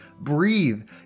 breathe